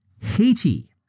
Haiti